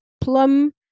Plum